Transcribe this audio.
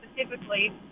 specifically